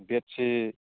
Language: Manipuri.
ꯕꯦꯗꯁꯤ